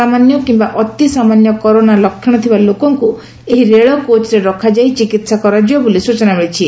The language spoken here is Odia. ସାମାନ୍ୟ କିମ୍ମା ଅତି ସାମାନ୍ୟ କରୋନା ଲକ୍ଷଣ ଥିବା ଲୋକଙ୍କୁ ଏହି ରେଳ କୋଚ୍ରେ ରଖାଯାଇ ଚିକିହା କରାଯିବ ବୋଲି ସ୍ଚନା ମିଳିଛି